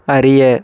அறிய